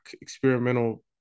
experimental